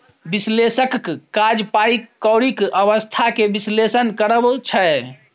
बिश्लेषकक काज पाइ कौरीक अबस्था केँ बिश्लेषण करब छै